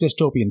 dystopian